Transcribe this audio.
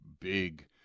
big